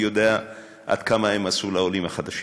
אני יודע כמה הם עשו לעולים החדשים,